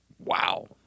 Wow